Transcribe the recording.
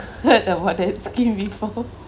heard about that scheme before